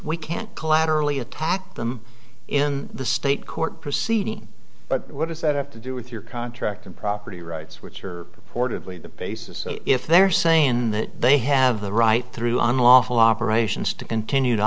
we can't collaterally attack them in the state court proceeding but what does that have to do with your contract and property rights which are reportedly the basis if they're saying that they have the right through unlawful operations to continue to